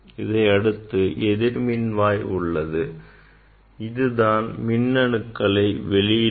இதை அடுத்து எதிர்மின்வாய் உள்ளது இதுதான் மின் அணுக்களை வெளியிடும்